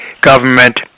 government